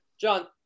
John